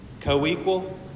co-equal